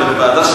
אלא בוועדה,